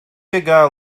pegá